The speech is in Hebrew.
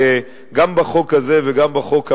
שגם בחוק הזה וגם בחוק הבא,